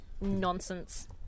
nonsense